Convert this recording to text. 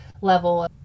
level